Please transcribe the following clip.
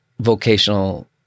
Vocational